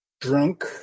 drunk